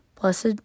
Blessed